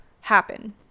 happen